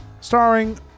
Starring